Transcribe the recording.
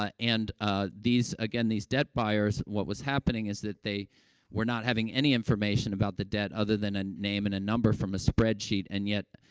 ah and, ah, these again, these debt buyers, what was happening is that they were not having any information about the debt, other than a name and a number from a spreadsheet, and yet,